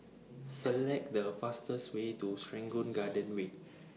Select The fastest Way to Serangoon Garden Way